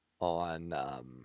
on